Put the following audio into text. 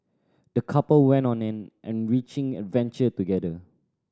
the couple went on an an enriching adventure together